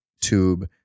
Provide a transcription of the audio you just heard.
tube